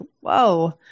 whoa